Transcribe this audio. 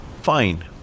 fine